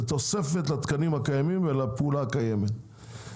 זה תוספת לתקנים הקיימים ולפעולה הקיימת.